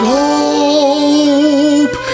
hope